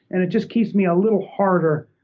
and it just keeps me a little harder.